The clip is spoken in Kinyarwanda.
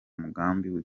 migambi